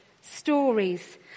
stories